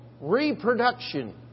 reproduction